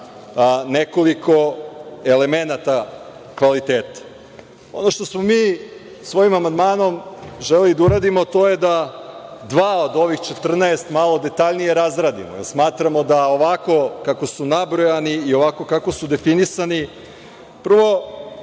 nekoliko elemenata kvaliteta. Ono što smo mi svojim amandmanom želeli da uradimo, to je da dva od ovih 14 malo detaljnije razradimo, jer smatramo da ovako kako su nabrojani i ovako kako su definisani. Prvo,